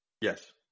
Yes